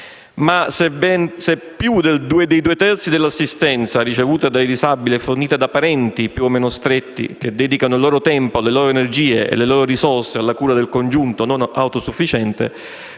se più dei due terzi dell'assistenza ricevuta dai disabili è fornita da parenti più o meno stretti, che dedicano il loro tempo, le loro energie e le loro risorse alla cura del congiunto non autosufficiente,